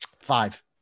Five